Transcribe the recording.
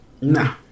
Nah